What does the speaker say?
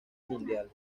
mundial